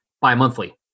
bi-monthly